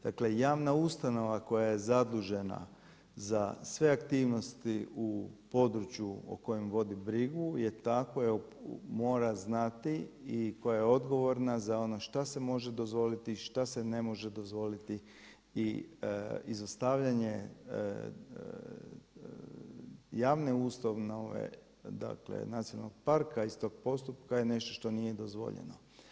Dakle, javna ustanova koja je zadužena za sve aktivnosti u području o kojem vodi brigu je ta koja mora znati i koja je odgovorna za ono što se može dozvoliti, šta se ne može dozvoliti i izostavljanje javne ustanove, dakle nacionalnog parka iz tog postupka je nešto što nije dozvoljeno.